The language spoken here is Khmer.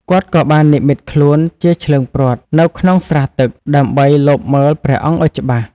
គាត់ក៏បាននិម្មិតខ្លួនជា ឈ្លើងព្រ័ត្រ នៅក្នុងស្រះទឹក ដើម្បីលបមើលព្រះអង្គឱ្យច្បាស់។